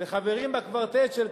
וחברים בקוורטט של קדימה,